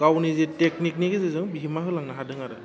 गावनि जे टेकनिकनि गेजेरजों बिहोमा होलांनो हादों आरो